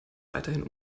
weiterhin